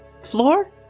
Floor